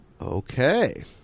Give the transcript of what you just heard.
Okay